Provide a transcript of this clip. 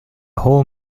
whole